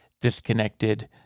disconnected